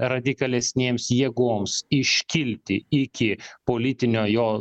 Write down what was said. radikalesnėms jėgoms iškilti iki politinio jo